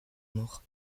mort